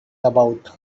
about